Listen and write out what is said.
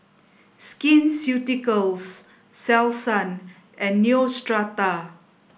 Skin Ceuticals Selsun and Neostrata